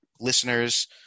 listeners